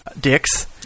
dicks